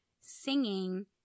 singing